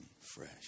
fresh